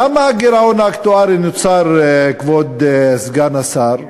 למה הגירעון האקטוארי נוצר, כבוד סגן השר?